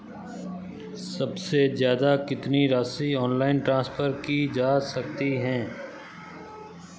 सबसे ज़्यादा कितनी राशि ऑनलाइन ट्रांसफर की जा सकती है?